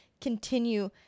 continue